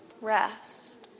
Rest